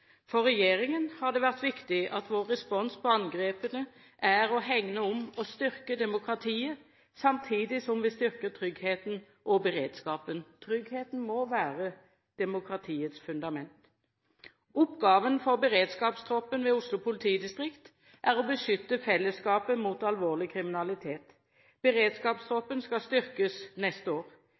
For regjeringen har det vært viktig at vår respons på angrepene er å hegne om og styrke demokratiet, samtidig som vi styrker tryggheten og beredskapen. Tryggheten må være demokratiets fundament. Oppgaven for beredskapstroppen ved Oslo politidistrikt er å beskytte fellesskapet mot alvorlig kriminalitet. Beredskapstroppen skal styrkes neste år.